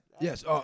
Yes